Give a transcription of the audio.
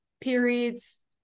periods